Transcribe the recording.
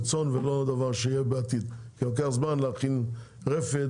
לוקח זמן להכין רפת